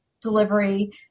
delivery